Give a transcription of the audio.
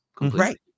Right